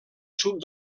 sud